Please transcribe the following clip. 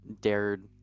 dared